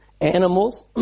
animals